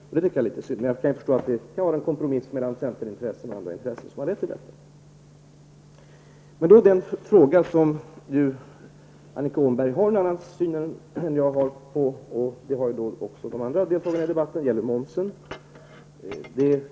Det tycker jag är litet synd, men jag förstår att det kan vara en kompromiss mellan centerintressen och andra intressen som har lett till detta. Den fråga där Annika Åhnberg och även andra talare har en annan syn än jag gäller momsen.